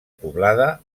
poblada